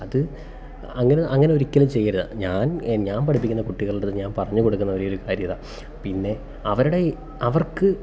അത് അങ്ങനെ അങ്ങനൊരിക്കലും ചെയ്യരുത് ഞാൻ എൻ ഞാൻ പഠിപ്പിക്കുന്ന കുട്ടികളുടേത് ഞാൻ പറഞ്ഞു കൊടുക്കുന്ന ഒരേ ഒരു കാര്യമിതാണ് പിന്നെ അവരുടെ അവർക്ക്